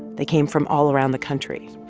they came from all around the country.